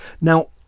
Now